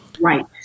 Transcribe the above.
Right